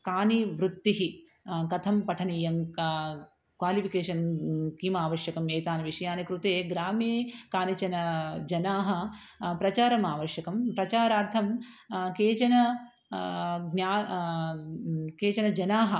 कां वृत्तिं कथं पठनीयं का क्वालिफ़िकेषन् किम् आवश्यकम् एतानि विषयानि कृते ग्रामे कानीचन जनाः प्रचारम् आवश्यकं प्रचारार्थं केचन ज्ञा केचन जनाः